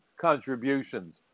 contributions